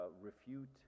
refute